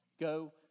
Go